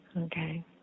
Okay